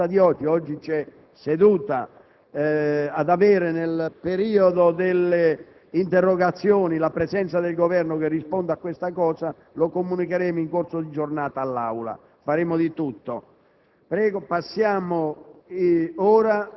Se fosse possibile nella serata - oggi c'è seduta - avere durante lo svolgimento delle interrogazioni la presenza del Governo che risponda in merito, lo comunicheremo in corso di giornata all'Aula. Faremo di tutto.